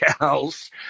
else